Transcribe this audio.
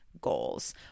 goals